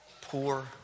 poor